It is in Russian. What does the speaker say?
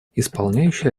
исполняющий